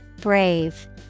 Brave